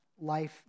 life